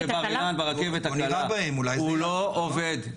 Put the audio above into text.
מפירי הסדר בבר אילן ברכבת הקלה, הוא לא עובד.